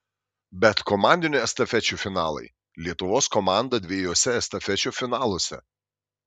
bet komandinių estafečių finalai lietuvos komanda dviejuose estafečių finaluose